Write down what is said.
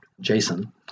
Jason